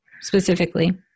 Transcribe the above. specifically